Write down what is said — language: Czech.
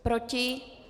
Proti?